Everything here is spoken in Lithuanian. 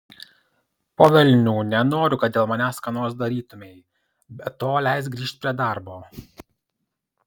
po velnių nenoriu kad dėl manęs ką nors darytumei be to leisk grįžt prie darbo